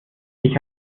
ich